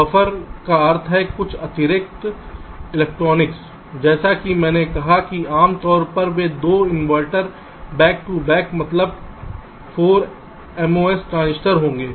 buffer का अर्थ है कुछ अतिरिक्त इलेक्ट्रॉनिक्स जैसा कि मैंने कहा कि आम तौर पर वे 2 इनवर्टर बैक टू बैक मतलब 4 MOS ट्रांजिस्टर होंगे